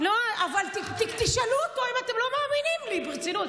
אבל תשאלו אותו אם אתם לא מאמינים לי, ברצינות.